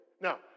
Now